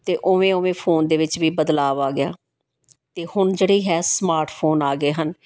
ਅਤੇ ਉਵੇਂ ਉਵੇਂ ਫੋਨ ਦੇ ਵਿੱਚ ਵੀ ਬਦਲਾਅ ਆ ਗਿਆ ਅਤੇ ਹੁਣ ਜਿਹੜੀ ਹੈ ਸਮਾਰਟ ਫੋਨ ਆ ਗਏ ਹਨ